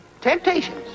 temptations